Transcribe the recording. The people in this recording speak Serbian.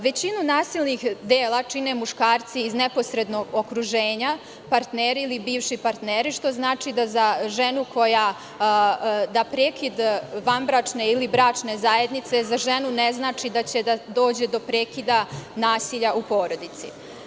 Većinu nasilnih dela čine muškarci iz neposrednog okruženja, partneri ili bivši partneri, što znači da prekid vanbračne ili bračne zajednice za ženu ne znači da će da dođe do prekida nasilja u porodici.